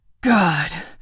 God